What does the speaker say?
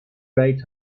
right